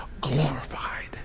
glorified